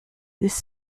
this